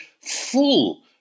full